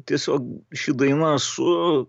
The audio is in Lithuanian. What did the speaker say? tiesiog ši daina su